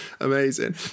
Amazing